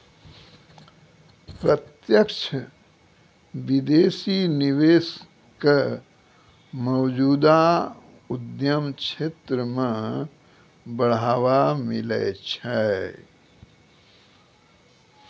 प्रत्यक्ष विदेशी निवेश क मौजूदा उद्यम क्षेत्र म बढ़ावा मिलै छै